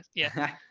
yeah.